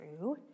true